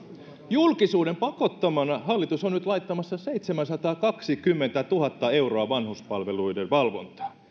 julkisuuden pakottamana hallitus on nyt laittamassa seitsemänsataakaksikymmentätuhatta euroa vanhuspalveluiden valvontaan